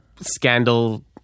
Scandal